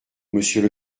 monsieur